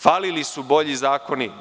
Falili su bolji zakoni.